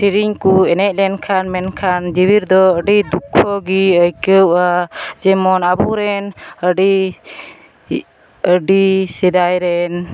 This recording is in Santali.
ᱥᱮᱨᱮᱧ ᱠᱚ ᱮᱱᱮᱡ ᱞᱮᱱ ᱠᱷᱟᱱ ᱢᱮᱱᱠᱷᱟᱱ ᱡᱤᱣᱤᱨᱮᱫᱚ ᱟᱹᱰᱤ ᱫᱩᱠᱠᱷᱚᱜᱮ ᱟᱹᱭᱠᱟᱹᱣᱚᱜᱼᱟ ᱡᱮᱢᱚᱱ ᱟᱵᱚᱨᱮᱱ ᱟᱹᱰᱤ ᱟᱹᱰᱤ ᱥᱮᱫᱟᱭᱨᱮᱱ